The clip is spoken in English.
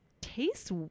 tastes